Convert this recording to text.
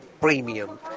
premium